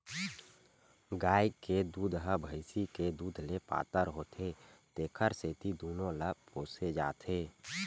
गाय के दूद ह भइसी के दूद ले पातर होथे तेखर सेती दूनो ल पोसे जाथे